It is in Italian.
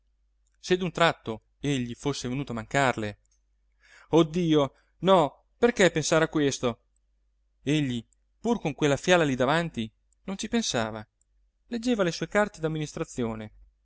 se d'un tratto egli fosse venuto a mancarle oh dio no perché pensare a questo egli pur con quella fiala lì davanti non ci pensava leggeva le sue carte